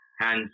hands